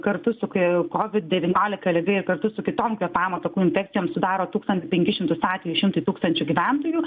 kartu su kai kovid devyniolika liga ir kartu su kitom kvėpavimo takų infekcijom sudaro tūkstantį penkis šimtus atvejų šimtui tūkstančių gyventojų